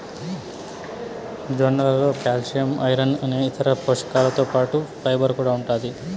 జొన్నలలో calcium, iron అనేక ఇతర పోషకాలతో పాటు ఫైబర్ కూడా ఉంటాది